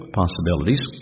possibilities